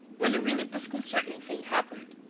when a really disconcerting thing happened.